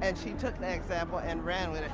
and she took the example and ran with it.